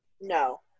No